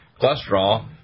cholesterol